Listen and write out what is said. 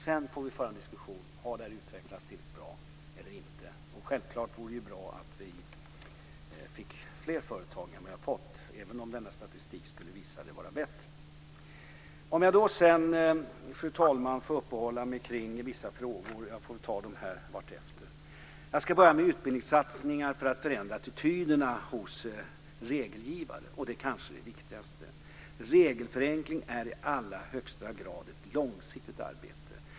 Sedan får vi föra en diskussion om det har utvecklats tillräckligt bra eller inte. Självklart vore det bra om vi fick fler företag än vad vi redan har fått, även om denna statistik skulle visa att det var bättre. Fru talman! Jag vill uppehålla mig kring vissa frågor, och jag ska ta dem vartefter. Jag ska börja med utbildningssatsningar för att förändra attityderna hos regelgivare. Det är kanske det viktigaste. Regelförenkling är i allra högsta grad ett långsiktigt arbete.